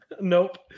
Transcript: Nope